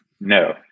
No